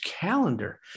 calendar